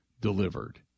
delivered